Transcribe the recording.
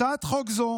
הצעת חוק זו